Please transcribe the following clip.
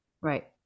Right